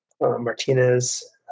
Martinez